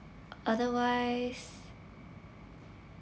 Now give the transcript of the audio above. otherwise